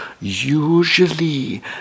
usually